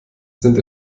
sind